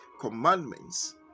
commandments